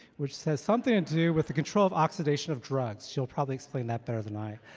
which has something to do with the controlled oxidation of drugs. she'll probably explain that better than i.